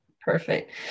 Perfect